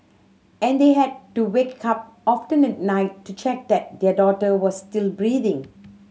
and they had to wake up often at night to check that their daughter was still breathing